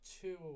two